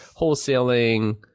wholesaling